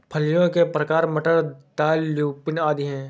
फलियों के प्रकार मटर, दाल, ल्यूपिन आदि हैं